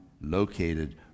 located